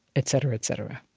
et cetera, et cetera